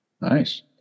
Nice